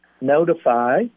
notify